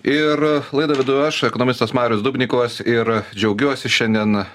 ir laidą vedu aš ekonomistas marius dubnikovas ir džiaugiuosi šiandien